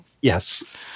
Yes